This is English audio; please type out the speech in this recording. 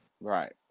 Right